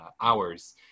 hours